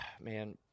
man